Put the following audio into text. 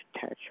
Touch